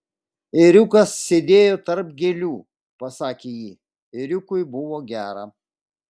ėriukas sėdėjo tarp gėlių pasakė ji ėriukui buvo gera